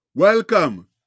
Welcome